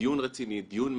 לדיון רציני, לדיון מעמיק.